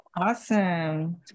Awesome